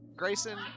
Grayson